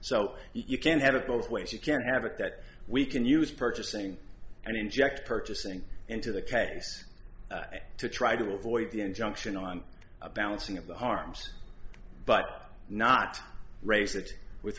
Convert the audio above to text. so you can have it both ways you can have it that we can use purchasing and inject purchasing into the case to try to avoid the injunction on a balancing of the harms but not race it with